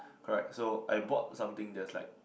correct so I bought something that's like